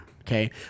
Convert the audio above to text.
Okay